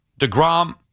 DeGrom